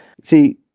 see